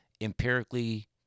empirically